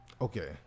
Okay